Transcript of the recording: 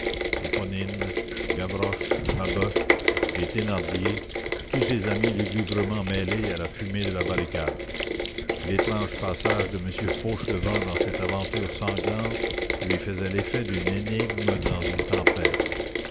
éponine gavroche mabeuf les thénardier tous ses amis lugubrement mêlés à la fumée de la barricade l'étrange passage de m fauchelevent dans cette aventure sanglante lui faisait l'effet d'une énigme dans une tempête